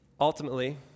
Ultimately